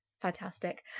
fantastic